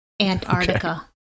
Antarctica